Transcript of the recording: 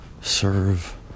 Serve